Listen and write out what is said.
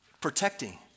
Protecting